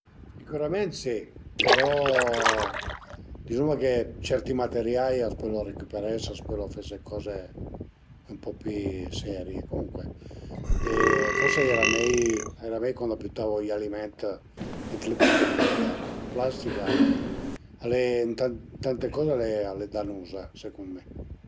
Sicürament si, però dizuma che certi materiai a s'pölu recüperese, a s'pölu fese d'coze ën po pi serie, comuncue, e forsi al era mei al era mei cuand a bütavu i aliment ën le bute d'veder, plastica al e ën tante coze al e danuza secund mi